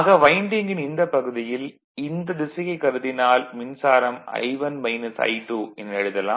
ஆக வைண்டிங்கின் இந்தப் பகுதியில் இந்தத் திசையை கருதினால் மின்சாரம் என எழுதலாம்